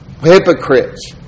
Hypocrites